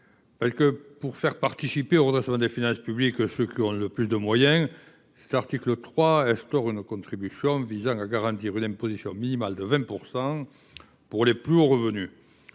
Afin de faire participer au redressement des finances publiques ceux qui en ont les moyens, l’article 3 instaure une contribution visant à garantir une imposition minimale de 20 % pour les plus hauts revenus.